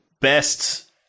best